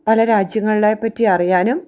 പല രാജ്യങ്ങളെ പറ്റി അറിയാനും